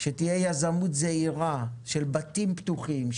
שתהיה יזמות זעירה של בתים פתוחים,